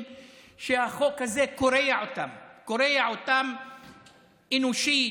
שהחוק הזה קורע אותם קורע אותם אנושית,